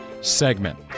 segment